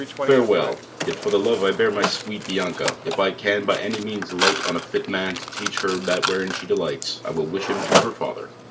farewell yet, for the love i bear my sweet bianca, if i can by any means light on a fit man to teach her that wherein she delights, i will wish him to her father.